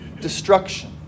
destruction